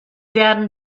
werden